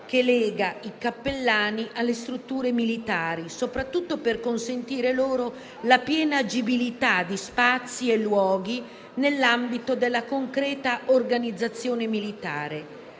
che lega i cappellani alle strutture militari, soprattutto per consentire loro la piena agibilità di spazi e luoghi nell'ambito della concreta organizzazione militare.